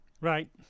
Right